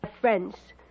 friends